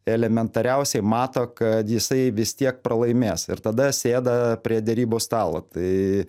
elementariausiai mato kad jisai vis tiek pralaimės ir tada sėda prie derybų stalo tai